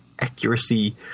accuracy